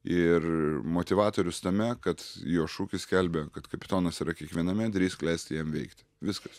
ir motyvatorius tame kad jo šūkis skelbia kad kapitonas yra kiekviename drįsk leisti jam veikti viskas